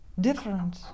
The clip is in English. different